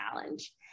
challenge